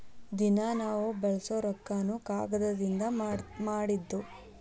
ದಿನಾ ನಾವ ಬಳಸು ರೊಕ್ಕಾನು ಕಾಗದದಿಂದನ ಮಾಡಿದ್ದ